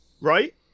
right